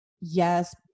Yes